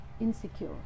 insecure